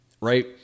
right